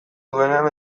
duenean